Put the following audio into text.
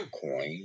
coin